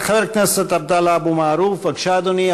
חבר הכנסת עבדאללה אבו מערוף, בבקשה, אדוני.